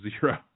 zero